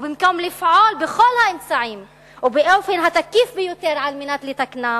ובמקום לפעול בכל האמצעים ובאופן התקיף ביותר על מנת לתקנם,